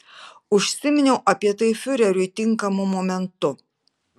užsiminiau apie tai fiureriui tinkamu momentu